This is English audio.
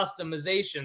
customization